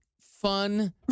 fun